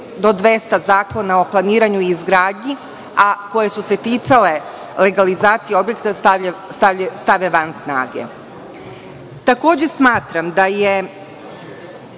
do 200. Zakona o planiranju i izgradnji, a koje su se ticale legalizacije objekta, stave van snage. Takođe, smatram da je